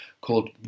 called